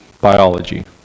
biology